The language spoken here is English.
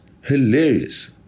hilarious